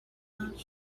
not